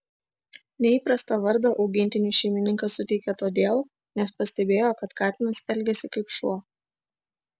neįprastą vardą augintiniui šeimininkas suteikė todėl nes pastebėjo kad katinas elgiasi kaip šuo